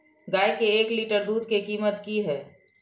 गाय के एक लीटर दूध के कीमत की हय?